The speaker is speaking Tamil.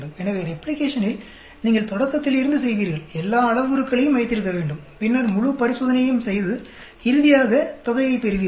எனவே ரெப்ளிகேஷனில் நீங்கள் தொடக்கத்தில் இருந்து செய்வீர்கள் எல்லா அளவுருக்களையும் வைத்திருக்கவேண்டும் பின்னர் முழு பரிசோதனையையும் செய்து இறுதியாக தொகையைப் பெறுவீர்கள்